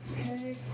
Okay